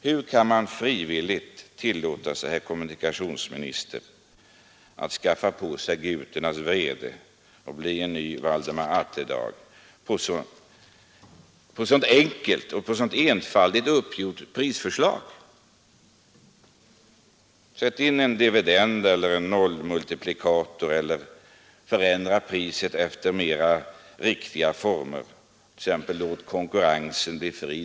Hur kan herr kommunikationsministern frivilligt tillåta sig att skaffa på sig gutarnas vrede och bli en ny Valdemar Atterdag genom att lägga fram ett sådant prisförslag, eller rättare sagt godkänna detsamma? Sätt in en dividend eller en nollmultiplikator eller förändra priset efter mer riktiga former. Låt exempelvis konkurrensen bli fri.